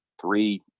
three